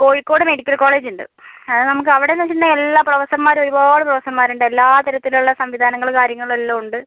Kozhikode medical college ഉണ്ട് ആ നമുക്ക് അവിടെ എന്ന് വെച്ചിട്ടുണ്ടെങ്കിൽ എല്ലാ പ്രഫസർമാർ ഒരുപാട് പ്രഫസർമാരുണ്ട് എല്ലാതരത്തിലുള്ള സംവിധാനങ്ങൾ കാര്യങ്ങളെല്ലാം ഉണ്ട്